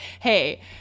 hey